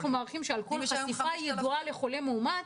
אנחנו מעריכים שעל כל חשיפה ידועה לחולה מאומת,